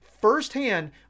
firsthand